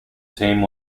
team